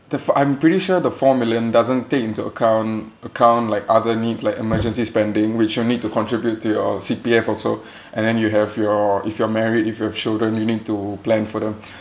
the f~ I'm pretty sure the four million doesn't take into account account like other needs like emergency spending which you'll need to contribute to your C_P_F also and then you have your if you're married if you've children you need to plan for them